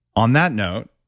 on that note,